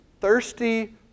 thirsty